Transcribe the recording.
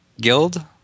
guild